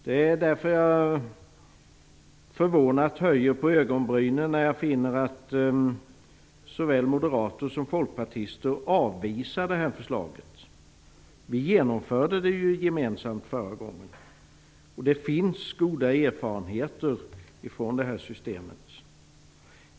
Det är därför jag förvånat höjer på ögonbrynen när jag finner att såväl moderater som folkpartister avvisar förslaget. Vi genomförde det ju gemensamt förra gången. Det finns goda erfarenheter från detta system.